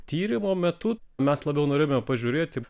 tyrimo metu mes labiau norėjome pažiūrėti